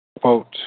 quote